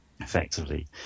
effectively